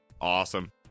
awesome